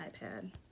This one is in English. iPad